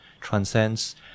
transcends